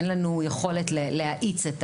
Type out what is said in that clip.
אין לנו יכולת להאיץ את